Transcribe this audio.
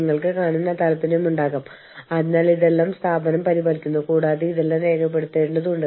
നമ്മൾ പ്രവർത്തിക്കുന്ന ഒരു രാജ്യത്തിനുള്ളിൽ വ്യത്യസ്ത തരം ആളുകളോട് നമ്മൾ പരിചിതരല്ലെങ്കിലും വിവേചനം കാണിക്കുന്നില്ലെന്ന് ഉറപ്പാക്കേണ്ടതുണ്ട്